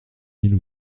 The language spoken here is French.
mille